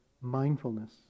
mindfulness